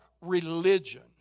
religion